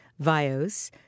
Vios